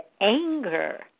anger